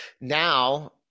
now